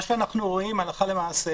מה שאנחנו רואים הלכה למעשה